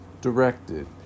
directed